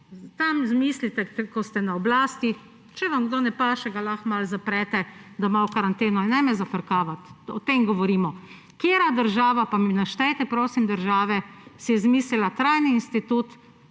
tam izmislite, ko ste na oblasti. Če vam kdo ne paše, ga lahko malo zaprete doma v karanteno. Ne me zafrkavati, o tem govorimo! Katera država, pa mi naštejte, prosim, države, si je izmislila trajni institut